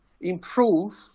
Improve